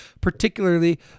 particularly